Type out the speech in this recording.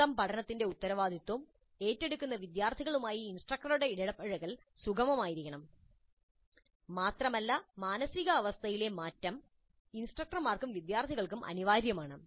സ്വന്തം പഠനത്തിന്റെ ഉത്തരവാദിത്തം ഏറ്റെടുക്കുന്ന വിദ്യാർത്ഥികളുമായി ഇൻസ്ട്രക്ടറുടെ ഇടപഴകൽ സുഖമായിരിക്കണം മാത്രമല്ല മാനസികാവസ്ഥയിലെ മാറ്റം ഇൻസ്ട്രക്ടർമാർക്കും വിദ്യാർത്ഥികൾക്കും അനിവാര്യമാണ്